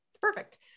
perfect